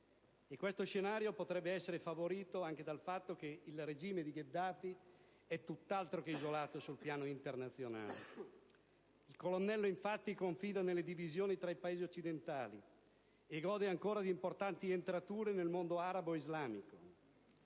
Questo scenario potrebbe essere favorito anche dal fatto che il regime di Gheddafi è tutt'altro che isolato sul piano internazionale. Il colonnello, infatti, confida nelle divisioni tra i Paesi occidentali e gode ancora di importanti entrature nel mondo arabo e islamico,